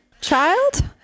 child